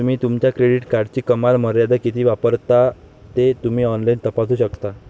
तुम्ही तुमच्या क्रेडिट कार्डची कमाल मर्यादा किती वापरता ते तुम्ही ऑनलाइन तपासू शकता